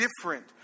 different